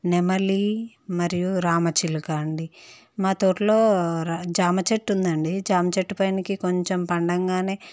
నెమలి మరియు రామచిలుక అండి మా తోటలో జామ చెట్టు ఉందండి జామ చెట్టు పైనికి కొంచెం పండగానే